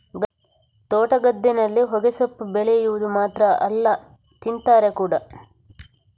ತೋಟ, ಗದ್ದೆನಲ್ಲಿ ಹೊಗೆಸೊಪ್ಪು ಬೆಳೆವುದು ಮಾತ್ರ ಅಲ್ಲ ತಿಂತಾರೆ ಕೂಡಾ